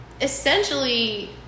essentially